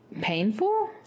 painful